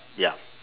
ya